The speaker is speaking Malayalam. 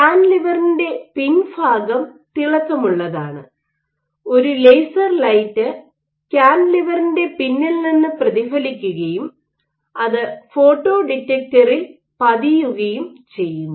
കാന്റിലിവറിന്റെ പിൻഭാഗം തിളക്കമുള്ളതാണ് ഒരു ലേസർ ലൈറ്റ് കാന്റിലിവറിന്റെ പിന്നിൽ നിന്ന് പ്രതിഫലിക്കുകയും അത് ഫോട്ടോ ഡിറ്റക്ടറിൽ പതിയുകയും ചെയ്യുന്നു